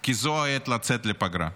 כי זו העת לצאת לפגרה.